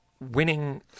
winning